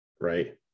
right